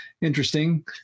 interesting